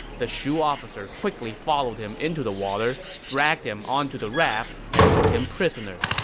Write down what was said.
the shu officer quickly followed him into the water, dragged him onto the raft, and took him prisoner.